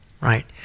right